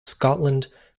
scotland